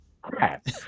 crap